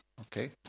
Okay